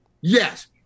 Yes